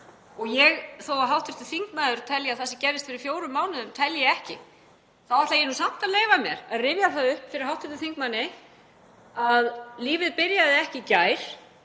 Þó að hv. þingmaður telji að það sem gerðist fyrir fjórum mánuðum telji ekki þá ætla ég samt að leyfa mér að rifja það upp fyrir hv. þingmanni að lífið byrjaði ekki í gær.